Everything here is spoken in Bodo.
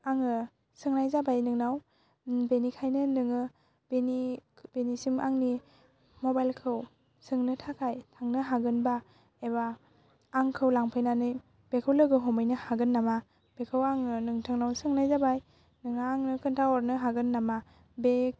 आङो सोंनाय जाबाय नोंनाव बेनिखायनो नोङो बेनि बेनिसिम आंनि मबाइलखौ सोंनो थाखाय थांनो हागोनबा एबा आंखौ लांफैनानै बेखौ लोगो हमहैनो हागोन नामा बेखौ आङो नोंथांनाव सोंनाय जाबाय नोंहा आंनो खोन्था हरनो हागोन नामा बे